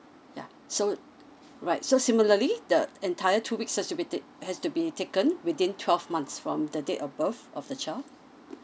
yeah so right so similarly the entire two weeks has to be take~ has to be taken within twelve months from the date of birth of the child